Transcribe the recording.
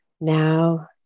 now